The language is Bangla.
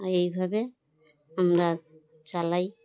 এইভাবে আমরা চালাই